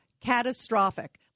catastrophic